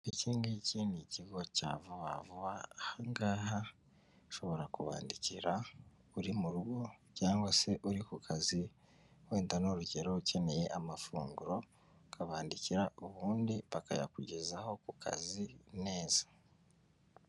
Iki ngiki ni ikigo cya vuba vuba, aha ngaha ushobora kubandikira uri mu rugo cyangwa se uri ku kazi, wenda ni urugero ukeneye amafunguro, ukabandikira ubundi bakayakugezaho ku kazi neza.